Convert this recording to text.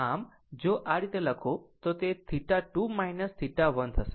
પછી જો આ રીતે લખો તે θ2 θ1 હશે